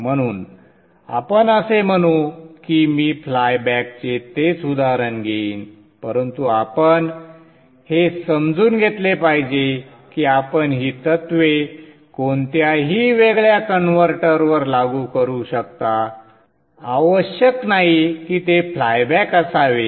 म्हणून आपण असे म्हणू की मी फ्लायबॅकचे तेच उदाहरण घेईन परंतु आपण हे समजून घेतले पाहिजे की आपण ही तत्त्वे कोणत्याही वेगळ्या कन्व्हर्टरवर लागू करू शकता आवश्यक नाही की ते फ्लायबॅक असावे